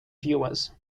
viewers